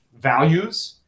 values